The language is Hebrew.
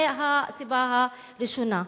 זה הסיבה הראשונה.